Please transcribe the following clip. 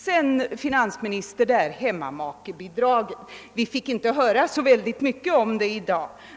Vad sedan beträffar hemmamakebidraget fick vi inte höra så mycket om det i dag.